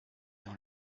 dans